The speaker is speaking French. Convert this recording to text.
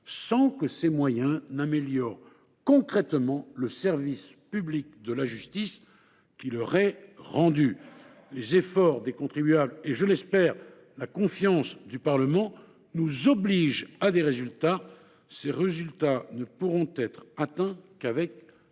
sans que ces moyens améliorent concrètement le service public de la justice qui leur est rendu. Les efforts des contribuables et, je l’espère, la confiance du Parlement nous obligent à des résultats. Ceux-ci ne pourront être atteints qu’avec